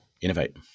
innovate